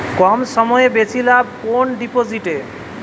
কম সময়ে বেশি লাভ কোন ডিপোজিটে?